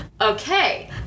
Okay